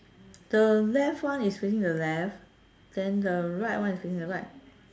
the left one is facing the left then the right one is facing the right